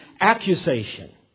accusation